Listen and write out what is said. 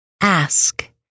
Ask